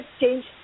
change